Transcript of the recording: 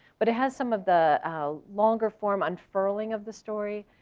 but it has some of the longer form unfurling of the story,